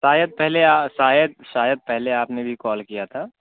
شاید پہلے شاید شاید پہلے آپ نے بھی کال کیا تھا